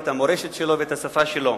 את המורשת שלו ואת השפה שלו.